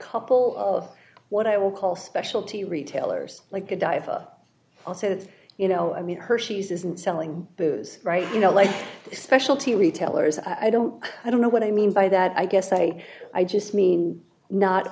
couple of what i will call specialty retailers like godiva also that you know i mean hershey's isn't selling booze right you know like specialty retailers i don't i don't know what i mean by that i guess i i just mean not